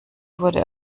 wurde